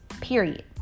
period